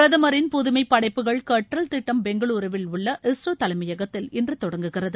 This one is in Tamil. பிரதமரின் புதுமை படைப்புகள் கற்றல் திட்டம் பெங்களுருவில் உள்ள இஸ்ரோ தலைமையகத்தில் இன்று தொடங்குகிறது